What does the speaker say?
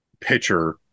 pitcher